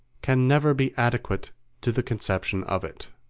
can never be adequate to the conception of it.